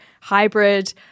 hybrid